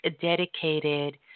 dedicated